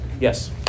Yes